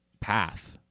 path